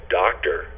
doctor